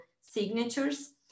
signatures